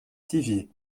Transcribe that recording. thiviers